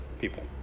people